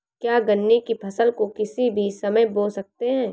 क्या गन्ने की फसल को किसी भी समय बो सकते हैं?